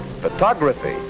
photography